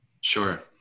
Sure